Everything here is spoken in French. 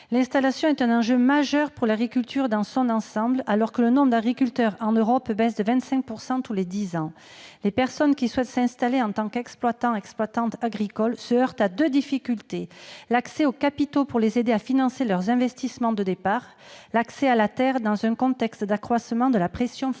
L'installation est un enjeu majeur pour l'agriculture dans son ensemble, alors que le nombre d'agriculteurs en Europe baisse de 25 % tous les dix ans. Les personnes qui souhaitent s'installer en tant qu'exploitante ou exploitant se heurtent à deux difficultés : d'une part, l'accès aux capitaux pour les aider à financer leurs investissements de départ et, d'autre part, l'accès à la terre, dans un contexte d'accroissement de la pression foncière.